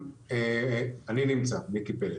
אני נמצא, מיקי פלד.